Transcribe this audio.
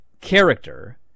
character